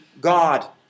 God